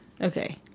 Okay